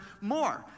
more